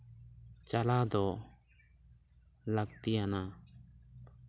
ᱪᱟᱞᱟ ᱣ ᱫᱚ ᱞᱟᱹᱠᱛᱤᱭᱟᱱᱟ